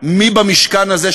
מי במשכן הזה,